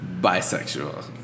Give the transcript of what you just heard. bisexual